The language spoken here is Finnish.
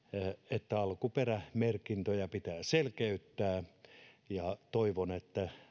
että alkuperämerkintöjä pitää selkeyttää toivon että